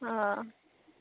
অঁ